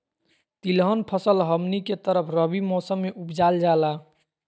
तिलहन फसल हमनी के तरफ रबी मौसम में उपजाल जाला